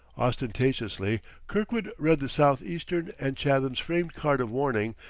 ostentatiously kirkwood read the south eastern and chatham's framed card of warning,